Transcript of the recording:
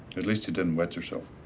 at least you didn't wet yourself.